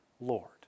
Lord